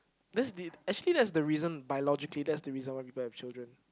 that's the actually that's the reason biologically that's the reason why people have children